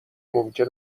ممکن